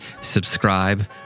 subscribe